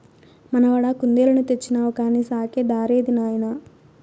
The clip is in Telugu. మనవడా కుందేలుని తెచ్చినావు కానీ సాకే దారేది నాయనా